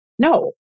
No